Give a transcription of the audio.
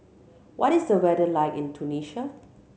what is the weather like in Tunisia